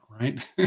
right